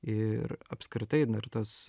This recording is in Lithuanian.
ir apskritai na ir tas